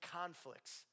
conflicts